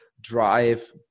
drive